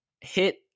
hit